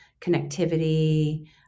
connectivity